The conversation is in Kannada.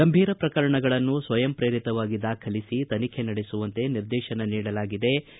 ಗಂಭೀರ ಪ್ರಕರಣಗಳನ್ನು ಸ್ವಯಂಪ್ರೇರಿತವಾಗಿ ದಾಖಲಿಸಿ ತನಿಖೆ ನಡೆಸುವಂತೆ ನಿರ್ದೇತನ ನೀಡಲಾಗಿದೆ